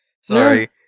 Sorry